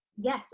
Yes